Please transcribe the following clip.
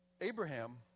Abraham